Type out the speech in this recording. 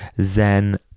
zen